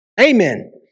Amen